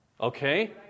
Okay